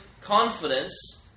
confidence